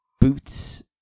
boots